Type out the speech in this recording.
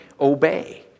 Obey